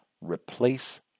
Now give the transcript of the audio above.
Replace